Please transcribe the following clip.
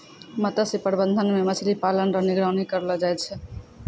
मत्स्य प्रबंधन मे मछली पालन रो निगरानी करलो जाय छै